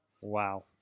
Wow